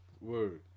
word